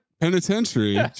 Penitentiary